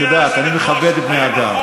את יודעת, אני מכבד בני-אדם.